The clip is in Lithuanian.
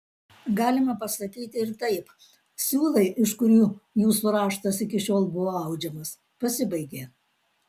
galima pasakyti ir taip siūlai iš kurių jūsų raštas iki šiol buvo audžiamas pasibaigė